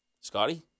Scotty